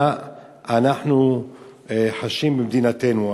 מה אנחנו חשים במדינתנו.